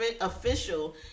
official